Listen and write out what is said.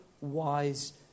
wise